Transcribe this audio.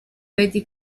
betty